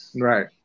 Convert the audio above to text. right